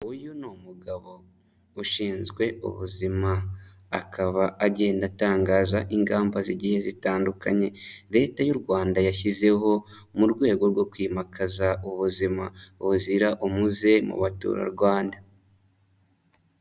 Uyu ni umugabo ushinzwe ubuzima, akaba agenda atangaza ingamba z'igihe zitandukanye Leta y'u Rwanda yashyizeho mu rwego rwo kwimakaza ubuzima buzira umuze mu baturarwanda.